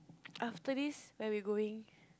after this where we going